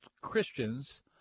Christians